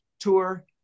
tour